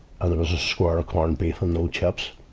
and there was a square of corned beef and no chips.